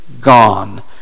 gone